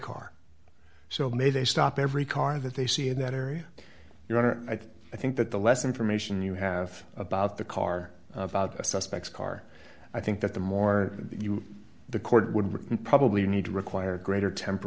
car so may they stop every car that they see in that area you want to i think i think that the less information you have about the car about a suspects car i think that the more you the court would probably need to require greater temp